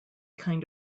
kind